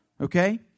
Okay